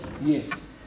Yes